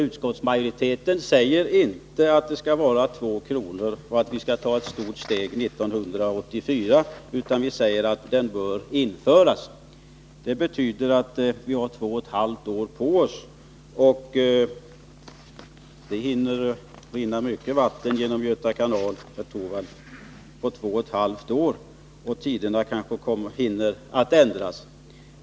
Utskottsmajoriteten säger inte att avgiften skall vara 2 kr., och att vi skall ta ett stort steg 1984. Vi säger att avgiften bör införas. Det betyder att vi har två och ett halvt år på oss. Det hinner rinna mycket vatten genom Göta kanal på två och ett halvt år, herr Torwald, och tiderna kanske hinner ändras.